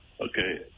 okay